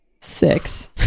six